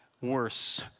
worse